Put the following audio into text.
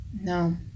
No